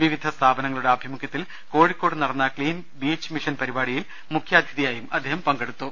വിവിധ സ്ഥാപനങ്ങളുടെ ആഭിമുഖ്യത്തിൽ കോഴിക്കോട് നടന്ന ക്ലീൻ ബീച്ച് മിഷൻ പരിപാടിയിൽ മുഖ്യാതിഥിയായി അദ്ദേഹം പങ്കെടുത്തു